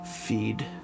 Feed